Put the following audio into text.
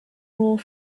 more